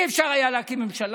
לא היה אפשר להקים ממשלה,